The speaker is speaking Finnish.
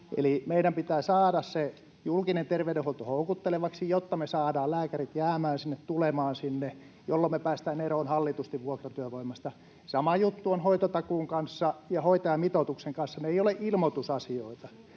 Eli meidän pitäisi saada se julkinen terveydenhuolto houkuttelevaksi, jotta me saadaan lääkärit jäämään sinne, tulemaan sinne, jolloin me päästään hallitusti eroon vuokratyövoimasta. Sama juttu on hoitotakuun kanssa ja hoitajamitoituksen kanssa. Ne eivät ole ilmoitusasioita.